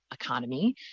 economy